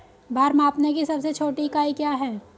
भार मापने की सबसे छोटी इकाई क्या है?